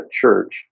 church